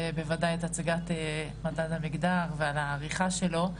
ובוודאי על הצגת מדד המגדר ועל העריכה שלו,